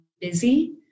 busy